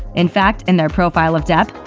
in fact, in their profile of depp,